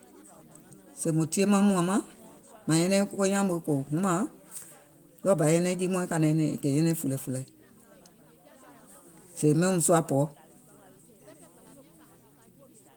Sèè mùŋ tie maŋ mùàŋ, è nyɛnɛŋ ko nyaȧŋ muìŋ humààŋ, ɗɔɔ bà è nyɛnɛŋ jii mɔɛ̀ŋ è kè nyɛnɛŋ fùlɛ̀fùlɛ̀, sèè mɛɛ̀ùm suȧ pɔ̀ɔ.